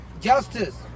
justice